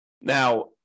Now